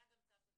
היה גם צו של